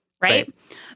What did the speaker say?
Right